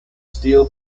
steel